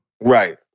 Right